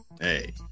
Hey